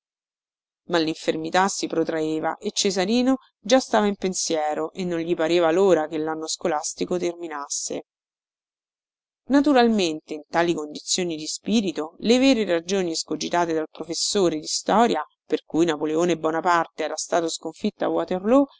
ma linfermità si protraeva e cesarino già stava in pensiero e non gli pareva lora che lanno scolastico terminasse naturalmente in tali condizioni di spirito le vere ragioni escogitate dal professore di storia per cui napoleone bonaparte era stato sconfitto a waterloo